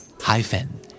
hyphen